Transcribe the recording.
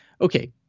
okay